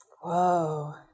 Whoa